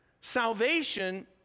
salvation